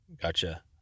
Gotcha